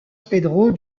pedro